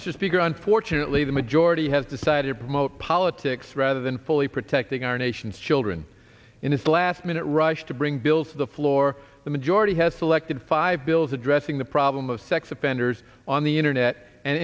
speaker unfortunately the majority has decided to promote politics rather than fully protecting our nation's children in this last minute rush to bring bills to the floor the majority has selected five bills addressing the problem of sex offenders on the internet and